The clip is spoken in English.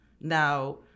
now